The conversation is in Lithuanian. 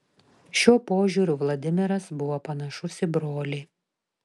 šiuo požiūriu vladimiras buvo panašus į brolį